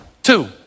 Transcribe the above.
Two